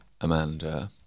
Amanda